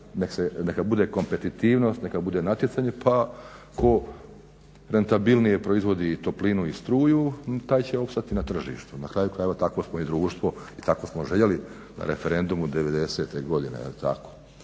neka bude kompetitivnost, neka bude natjecanje pa tko rentabilnije proizvodi toplinu i struju taj će opstati na tržištu. Na kraju krajeva takvo smo i društvo i tako smo željeli na referendumu '90. godine pa